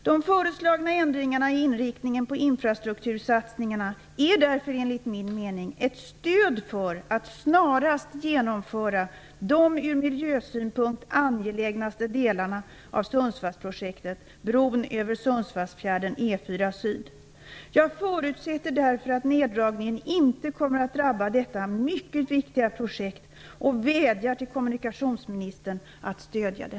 De föreslagna ändringarna i inriktningen på infrastruktursatsningarna är därför enligt min mening ett stöd för att snarast genomföra de ur miljösynpunkt mest angelägna delarna av Sundsvallsprojektet, bron över Sundsvallsfjärden och E 4 syd. Jag förutsätter därför att neddragningen inte kommer att drabba detta mycket viktiga projekt och vädjar till kommunikationsministern att stödja det.